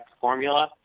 formula